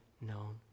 known